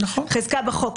חזקה בחוק,